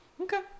Okay